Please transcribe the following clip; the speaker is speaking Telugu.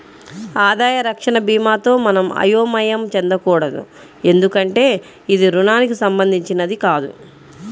ఆదాయ రక్షణ భీమాతో మనం అయోమయం చెందకూడదు ఎందుకంటే ఇది రుణానికి సంబంధించినది కాదు